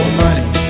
money